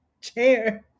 chair